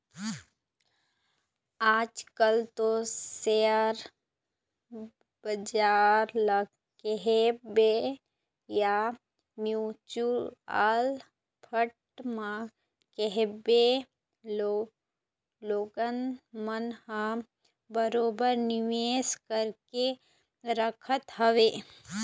आज कल तो सेयर बजार ल कहिबे या म्युचुअल फंड म कहिबे लोगन मन ह बरोबर निवेश करके रखत हवय